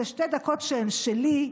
אלה שתי דקות שהן שלי.